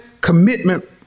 commitment